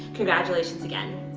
congratulations again.